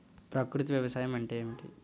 ప్రకృతి వ్యవసాయం అంటే ఏమిటి?